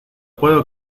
puedo